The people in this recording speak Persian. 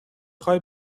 خوای